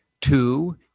Two